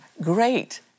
great